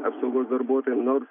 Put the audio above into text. apsaugos darbuotojam nors